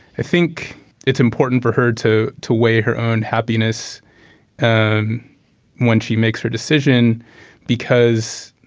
i think it's important for her to to weigh her own happiness and when she makes her decision because